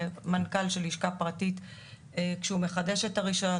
מנכ"ל של לשכה פרטית כשהוא מחדש את הרישיון,